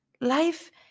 Life